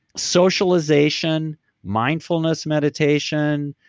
socialization mindfulness mediation,